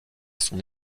son